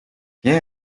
viens